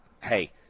hey